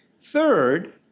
Third